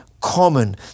common